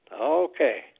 Okay